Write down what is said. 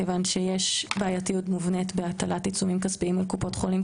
כיוון שיש בעייתיות מובנית בהטלת עיצומים כספיים על קופות חולים,